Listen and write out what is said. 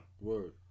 Word